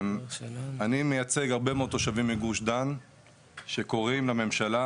אני מייצג הרבה מאוד תושבים מגוש דן שקוראים לממשלה